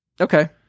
Okay